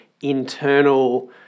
internal